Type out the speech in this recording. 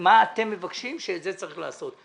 שאת זה צריך לעשות.